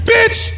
Bitch